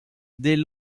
des